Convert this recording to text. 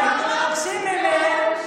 הוא אמר,